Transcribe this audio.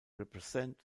represent